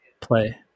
play